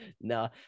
no